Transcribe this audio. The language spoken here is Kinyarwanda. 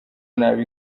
nabi